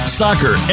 soccer